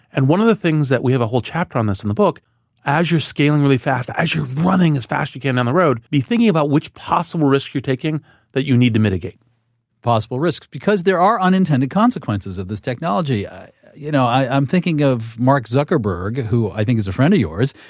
and one of the things that we have a whole chapter on in the book as you're scaling really fast, as you're running as fast you can down the road, be thinking about which possible risks you're taking that you need to mitigate possible risks, because there are unintended consequences of this technology. you know, i'm thinking of mark zuckerberg, who i think is a friend of yours.